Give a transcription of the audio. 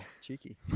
Cheeky